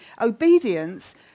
obedience